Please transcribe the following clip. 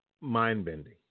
mind-bending